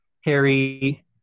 Harry